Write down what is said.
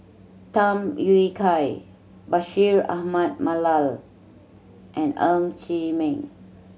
Tham Yui Kai Bashir Ahmad Mallal and Ng Chee Meng